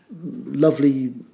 lovely